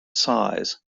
size